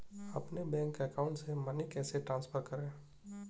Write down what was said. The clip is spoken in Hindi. अपने बैंक अकाउंट से मनी कैसे ट्रांसफर करें?